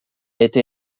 été